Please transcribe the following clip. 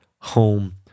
home